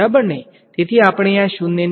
વિદ્યાર્થી 1 1 z ના સંદર્ભમાં 0 બરાબર